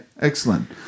excellent